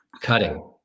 Cutting